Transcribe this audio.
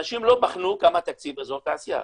אנשים לא בחנו כמה תקציב אזור תעשייה.